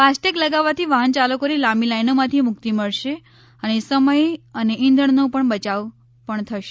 FASTag લગાવવાથી વાહન ચાલકોને લાંબી લાઈનોમાંથી મુક્તિ મળશે અને સમય અને ઈંધણનો બચાવ પણ થશે